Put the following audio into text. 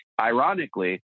Ironically